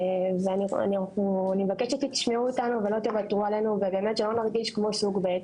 אני מבקשת שתשמעו אותנו ולא תוותרו עלינו ושלא נרגיש כמו סוג ב',